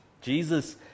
Jesus